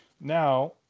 Now